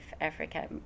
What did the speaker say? africa